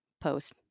post